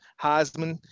Heisman